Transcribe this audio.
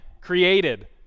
created